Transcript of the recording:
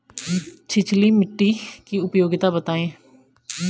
छिछली मिट्टी की उपयोगिता बतायें?